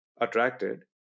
attracted